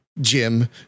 Jim